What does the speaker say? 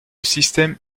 système